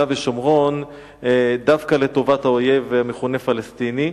ושומרון דווקא לטובת האויב המכונה פלסטיני.